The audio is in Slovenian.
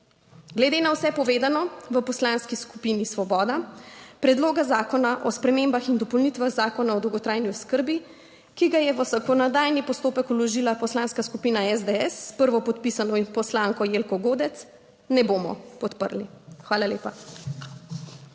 Glede na vse povedano v Poslanski skupini Svoboda Predloga zakona o spremembah in dopolnitvah Zakona o dolgotrajni oskrbi, ki ga je v zakonodajni postopek vložila Poslanska skupina SDS s prvopodpisano poslanko Jelko Godec, ne bomo podprli. Hvala lepa.